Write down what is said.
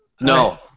No